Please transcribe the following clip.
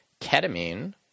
Ketamine